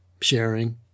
sharing